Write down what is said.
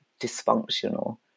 dysfunctional